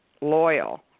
loyal